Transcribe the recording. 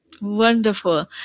Wonderful